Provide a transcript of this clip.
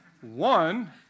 One